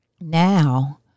Now